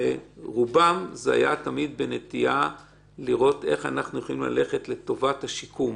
ורובם היו תמיד בנטייה לראות איך אנחנו יכולים ללכת לטובת השיקום.